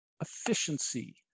efficiency